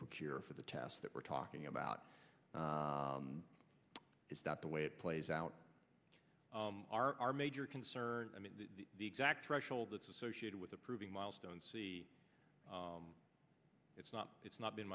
procure for the tests that we're talking about is that the way it plays out are our major concern i mean the exact threshold that's associated with approving milestone c it's not it's not been